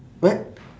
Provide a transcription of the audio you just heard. what